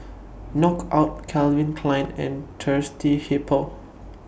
Knockout Calvin Klein and Thirsty Hippo